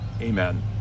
Amen